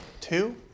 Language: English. two